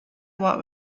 what